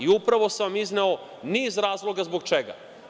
Upravo sam vam izneo niz razloga zbog čega.